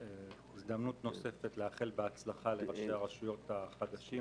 זו הזדמנות נוספת לאחל בהצלחה לראשי הרשויות החדשים,